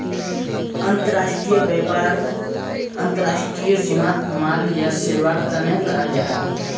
अंतर्राष्ट्रीय व्यापार अंतर्राष्ट्रीय सीमात माल या सेवार तने कराल जाहा